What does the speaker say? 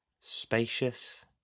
spacious